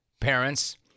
parents